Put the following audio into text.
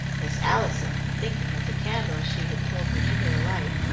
miss allison, thinking of the candle she had told virginia to light,